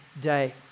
day